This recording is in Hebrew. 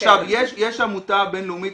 --- יש עמותה בינלאומית,